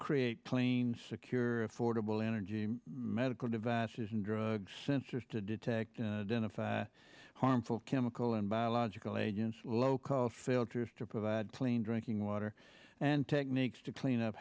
create clean secure fordable energy medical devices and drugs sensors to detect harmful chemical and biological agents local filters to provide clean drinking water and techniques to clean up